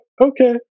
okay